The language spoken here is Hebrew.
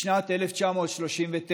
בשנת 1939,